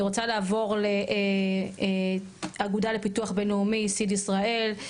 אני רוצה לעבור לאגודה לפיתוח בין-לאומי סיד ישראל,